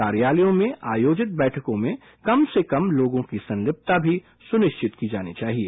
कार्यालयों में आयोजित बैठकों में कम से कम लोगों की संलिप्तता भी सुनिश्चित की जानी चाहिए